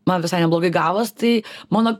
man visai neblogai gavos tai mano